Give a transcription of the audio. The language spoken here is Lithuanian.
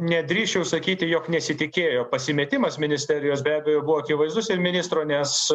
nedrįsčiau sakyti jog nesitikėjo pasimetimas ministerijos be abejo buvo akivaizdus ir ministro nes